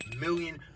million